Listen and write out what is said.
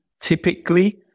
typically